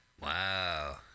Wow